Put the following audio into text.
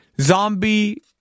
zombie